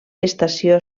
estació